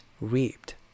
reaped